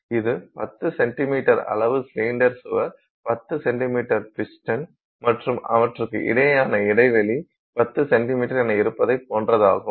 இது 10 சென்டிமீட்டர் அளவு சிலிண்டர் சுவர் 10 சென்டிமீட்டர் பிஸ்டன் மற்றும் அவற்றுக்கு இடையேயான இடைவெளி 10 சென்டிமீட்டர் என இருப்பதைப் போன்றதாகும்